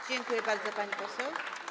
Dziękuję bardzo, pani poseł.